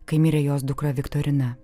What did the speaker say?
kai mirė jos dukra viktorina